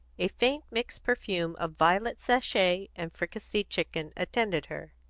a faint, mixed perfume of violet sachet and fricasseed chicken attended her.